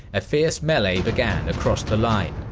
a fierce melee began across the line.